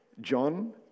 John